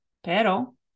Pero